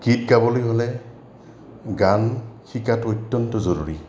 গীত গাবলৈ হ'লে গান শিকাটো অত্যন্ত জৰুৰী